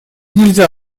нельзя